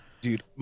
dude